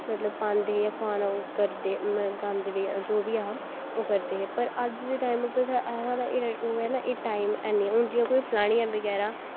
मतलव कि पांदे हे जां खोआन करदे गांदे जो बी ऐहा ओह् करदे पर अज्ज दे टैम उप्पर साढ़ा जेह्ड़ा ओह् ऐ न एह् टाईम ऐनी ऐ हून जियां कोई फलौनियां बगैरा